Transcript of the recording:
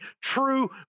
true